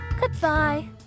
Goodbye